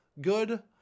Good